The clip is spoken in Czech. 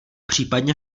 případně